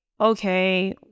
Okay